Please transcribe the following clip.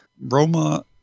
Roma